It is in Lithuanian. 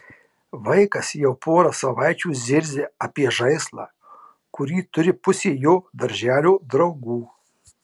vaikas jau porą savaičių zirzia apie žaislą kurį turi pusė jo darželio draugų